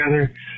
together